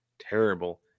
terrible